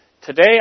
Today